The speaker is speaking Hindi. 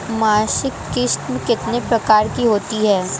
मासिक किश्त कितने प्रकार की होती है?